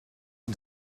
and